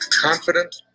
confident